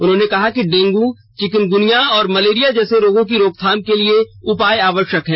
उन्होंने कहा कि डेंगू चिकनगुनिया और मलेरिया जैसे रोगों की रोकथाम के लिए उपाय जरूरी हैं